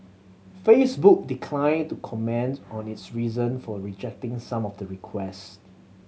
Facebook declined to comment on its reason for rejecting some of the request